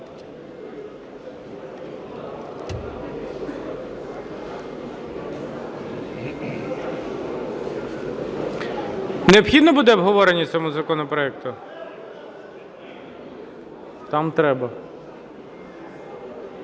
Необхідно буде обговорення цього законопроекту? Готові